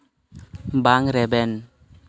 ᱵᱟᱝ ᱨᱮᱵᱮᱱ